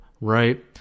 right